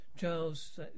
Charles